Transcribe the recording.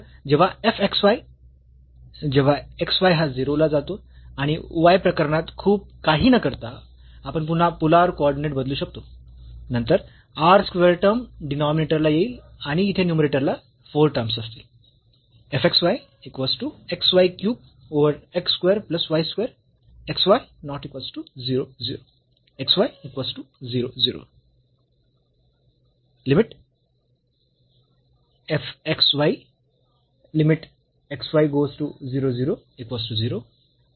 तर जेव्हा f x y जेव्हा x y हा 0 ला जातो आणि या प्रकरणात खूप काही न करता आपण पुन्हा पोलर कॉर्डिनेट बदलू शकतो नंतर r स्क्वेअर टर्म डीनॉमिनेटर ला येईल आणि येथे न्यूमरेटर ला 4 टर्म्स असतील